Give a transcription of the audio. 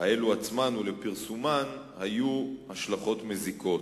האלה ולפרסומן היו השלכות מזיקות.